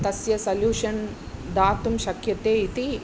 तस्य सल्यूषन् दातुं शक्यते इति